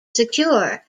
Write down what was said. secure